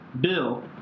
Bill